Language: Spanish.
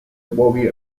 bobby